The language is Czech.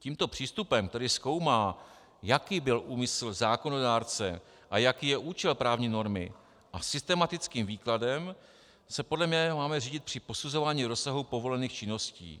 Tímto přístupem tedy zkoumá, jaký byl úmysl zákonodárce a jaký je účel právní normy, a systematickým výkladem se podle mého máme řídit při posuzování rozsahu povolených činností.